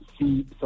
see